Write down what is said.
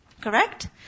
Correct